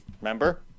Remember